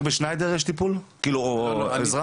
רק ב"שניידר" יש טיפול או עזרה?